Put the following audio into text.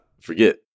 forget